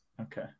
okay